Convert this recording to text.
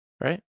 right